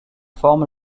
forment